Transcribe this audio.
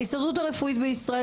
ההסתדרות הרפואית בישראל,